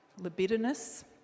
libidinous